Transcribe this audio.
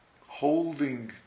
holding